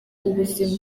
ubuzima